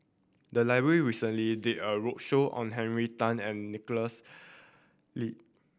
the library recently did a roadshow on Henry Tan and Nicholas Ee